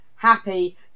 Happy